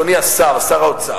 אדוני שר האוצר?